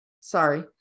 Sorry